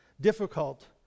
difficult